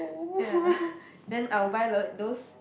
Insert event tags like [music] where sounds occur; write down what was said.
ya [breath] then I'll buy like those